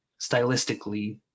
stylistically